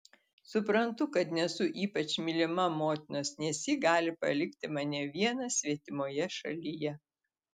suprantu kad nesu ypač mylima motinos nes ji gali palikti mane vieną svetimoje šalyje